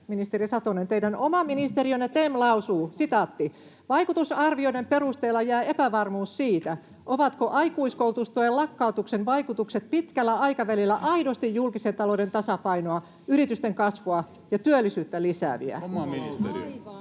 ministeri Satonen, teidän oma ministeriönne TEM lausuu: ”Vaikutusarvioiden perusteella jää epävarmuus siitä, ovatko aikuiskoulutustuen lakkautuksen vaikutukset pitkällä aikavälillä aidosti julkisen talouden tasapainoa, yritysten kasvua ja työllisyyttä lisääviä.” [Eduskunnasta: